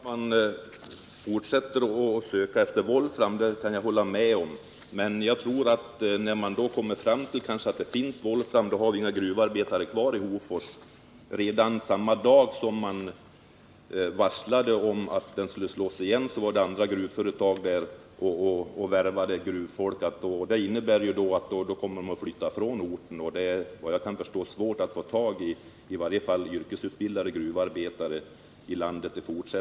Herr talman! Jag kan ge Olle Westberg i Hofors rätt i att volframförsörjningen i landet är en angelägen fråga. När det gäller brytning av volfram och andra mineral i det aktuella gruvområdet har företaget meddelat oss att man för egen del inte avser att starta en sådan brytning. Industridepartementet har emellertid uppmanat företaget att söka kontakt med Statsgruvor och Boliden AB för att undersöka om dessa företag skulle ha intresse av att uppta en sådan brytning. Jag vill i detta sammanhang säga att enligt vad SKF Steel har upplyst oss om kommer det att ta upp till fem år innan vattennivån i gruvan är sådan att en exploatering av andra mineralfyndigheter kan starta. Herr talman! Det är bra att man fortsätter att söka efter volfram, men jag Torsdagen den tror att vi när man kommer fram till att det finns volfram inte har några gruvarbetare kvar i Hofors.